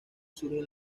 surgen